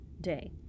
day